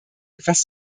etwas